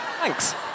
Thanks